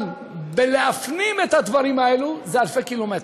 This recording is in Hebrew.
אבל בהפנמת הדברים האלה, זה אלפי קילומטרים.